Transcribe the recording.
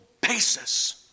basis